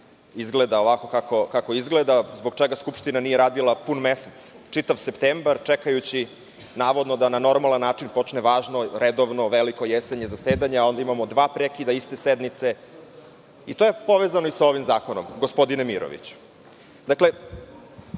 izgleda ovako kako izgleda, zbog čega Skupština nije radila pun mesec, čitav septembar, čekajući navodno da na normalan način počne važno, redovno, veliko jesenje zasedanje, a onda imamo dva prekida iste sednice. To je povezano i sa ovim zakonom, gospodine